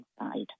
inside